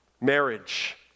Marriage